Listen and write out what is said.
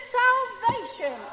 salvation